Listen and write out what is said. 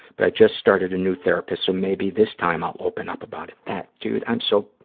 but i just started a new therapist so maybe this time i'll open up about it. that, dude, i am so,